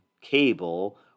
cable